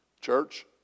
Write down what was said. Church